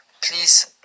please